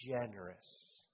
generous